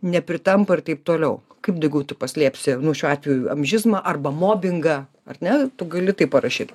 nepritampa ir taip toliau kaip degutu paslėpsi nuo šiuo atveju amžizmą arba mobingą ar ne tu gali tai parašyt